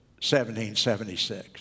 1776